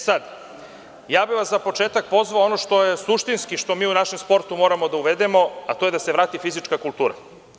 Za početak bih vas pozvao, ono što je suštinski, što mi u našem sportu moramo da uvedemo, a to je da se vrati fizička kultura.